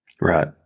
Right